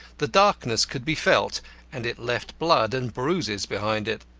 the darkness could be felt and it left blood and bruises behind it.